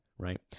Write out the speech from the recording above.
Right